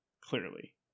clearly